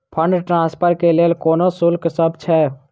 Fund transfer केँ लेल कोनो शुल्कसभ छै?